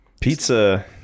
pizza